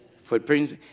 Footprints